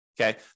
Okay